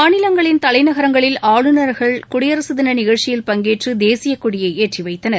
மாநிலங்களின் தலைநகரங்களில் ஆளுநர்கள் குடியரசு தின நிகழ்ச்சியில் பங்கேற்று தேசிய கொடியை ஏற்றிவைத்தனர்